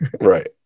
Right